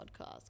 podcast